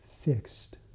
fixed